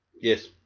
yes